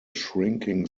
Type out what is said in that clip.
shrinking